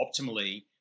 optimally